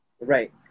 Right